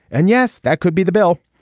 and yes that could be the bill.